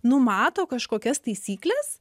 numato kažkokias taisykles